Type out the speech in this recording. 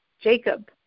Jacob